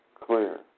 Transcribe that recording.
clear